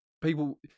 people